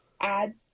add